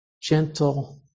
gentle